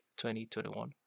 2021